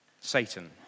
Satan